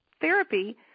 therapy